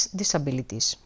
disabilities